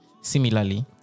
Similarly